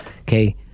Okay